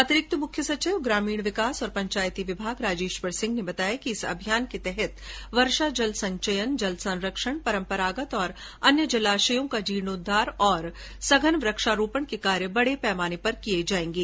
अतिरिक्त मुख्य सचिव ग्रामीण विकास और पंचायती विभाग राजेश्वर सिंह ने बताया कि इस अभियान के तहत वर्षा जल संचयन जल संरक्षण परम्परागत और अन्य जलाशयों का जीर्णोद्वार और सघन वृक्षारोपण के कार्य बड़े पैमाने पर किए जाएंगे